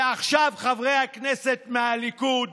ועכשיו, חברי הכנסת מהליכוד,